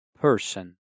person